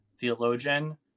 theologian